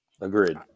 Agreed